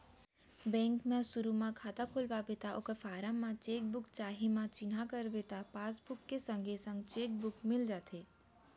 bank म सुरू म खाता खोलवाबे त ओकर फारम म चेक बुक चाही म चिन्हा करबे त पासबुक के संगे संग चेक बुक मिल जाथे